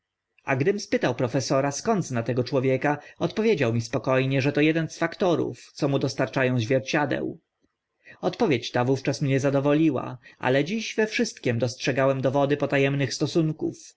a gdym spytał profesora skąd zna tego człowieka odpowiedział mi spoko nie że to eden z faktorów co mu dostarcza ą zwierciadeł odpowiedź ta wówczas mnie zadowoliła ale dziś we wszystkim dostrzegałem dowody pota emnych stosunków